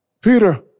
Peter